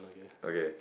okay